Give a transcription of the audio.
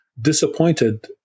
disappointed